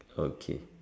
okay